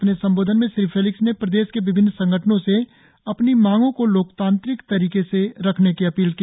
अपने संबोधन में श्री फेलिक्स ने प्रदेश के विभिन्न संगठनों से अपनी मांगो को लोकतांत्रिक तरीके से रखने की अपील की